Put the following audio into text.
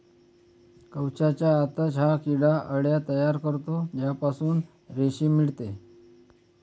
कवचाच्या आतच हा किडा अळ्या तयार करतो ज्यापासून रेशीम मिळते